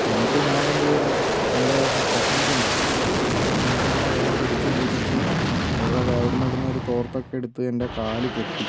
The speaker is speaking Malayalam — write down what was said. എന്നിട്ട് ഞാൻ എന്ത് ചെയ്തു എന്റെ കസിൻസ് ഉണ്ടായിരുന്നു അപ്പോൾ കസിൻസ് എന്നെ വേഗം പിടിച്ച് എണീപ്പിച്ച് അവരുടെ അവിടെ നിന്നും ഇവിടെ നിന്നും ഒരു തോർത്ത് ഒക്കെ എടുത്ത് എന്റെ കാൽ കെട്ടി